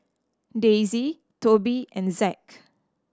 Daisy Tobi and Zack